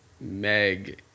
Meg